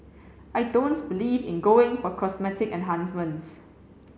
I don't believe in going for cosmetic enhancements